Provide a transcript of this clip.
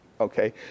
okay